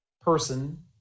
person